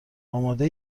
آماده